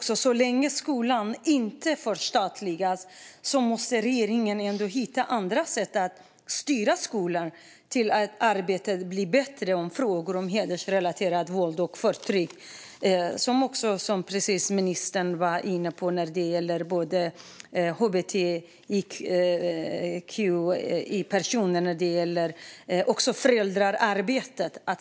Så länge skolan inte förstatligas måste regeringen hitta andra sätt att styra skolorna till att arbeta bättre med frågor om hedersrelaterat våld och förtryck, som också ministern var inne på gällande både hbtqi-personer och föräldraarbete.